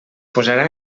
posarà